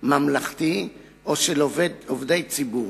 ממלכתי או של עובדי ציבור,